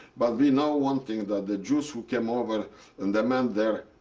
but we know one thing, that the jews who came over and demand their